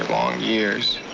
long years,